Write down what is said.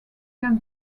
can